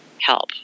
help